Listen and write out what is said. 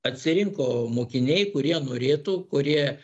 atsirinko mokiniai kurie norėtų kurie